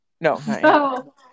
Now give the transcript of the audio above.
No